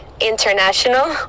international